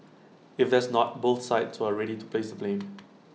if there's not both sides were ready to place blame